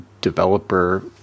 developer